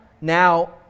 now